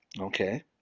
Okay